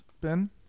Ben